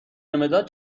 مداد